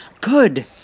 Good